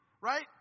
right